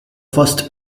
first